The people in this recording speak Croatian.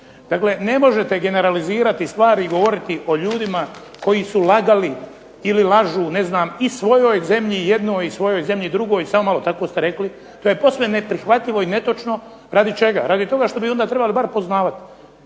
Dakle, ne možete generalizirati stvari i govoriti o ljudima koji su lagali ili lažu i svojoj zemlji jednoj i svojoj zemlji drugoj, samo malo tako ste rekli. To je posve neprihvatljivo i posve netočno. Radi čega? Radi toga što bi onda trebali bar poznavati